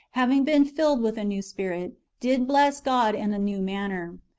having been filled with a new spirit, did bless god in a new manner.